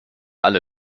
alle